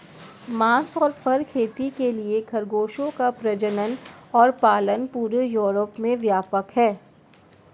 मांस और फर खेती के लिए खरगोशों का प्रजनन और पालन पूरे यूरोप में व्यापक है